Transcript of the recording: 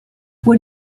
what